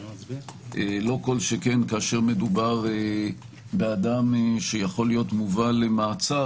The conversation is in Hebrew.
לא כל שכן כאשר מדובר באדם שיכול להיות מובא למעצר,